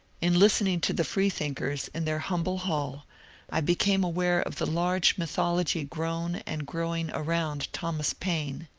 in listening to the freethink ers in their humble hall i became aware of the large mytho logy grown and growing around thomas paine.